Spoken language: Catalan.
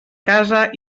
casa